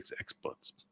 experts